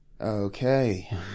okay